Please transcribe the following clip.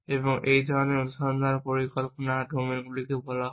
এবং এই ধরনের অনুসন্ধান পরিকল্পনা ডোমেনগুলিকে বলা হয়